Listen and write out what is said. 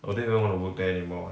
I don't even wanna work there anymore